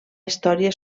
història